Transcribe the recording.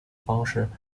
方式